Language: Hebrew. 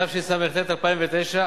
התשס"ט 2009,